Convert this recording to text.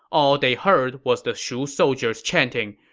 all they heard was the shu soldiers chanting,